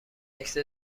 عکس